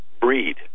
breed